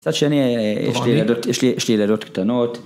מצד שני יש לי ילדות קטנות